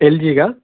L G का